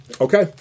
Okay